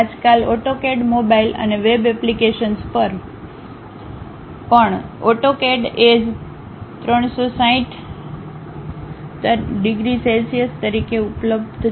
આજકાલ AutoCAD mobile અને web applications પર પણ AutoCAD as 360૦ તરીકે ઉપલબ્ધ છે